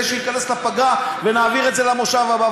שייכנס לפגרה ונעביר את זה למושב הבא,